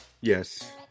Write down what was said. Yes